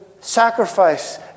sacrifice